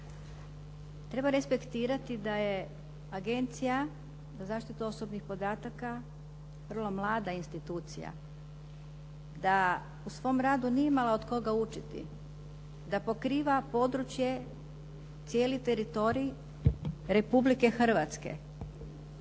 Treba respektirati da je Agencija za zaštitu osobnih podataka, vrlo mlada institucija. Da u svom radu nije imala od koga učiti, da pokriva područje, cijeli teritorij Republike Hrvatske,